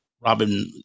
Robin